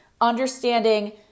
understanding